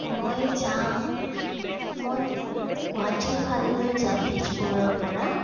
মই যাম মই গুৱাহাটীৰ ফাললৈ যাম তেজপুৰৰপৰা